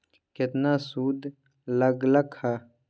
केतना सूद लग लक ह?